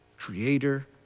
creator